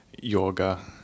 yoga